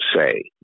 say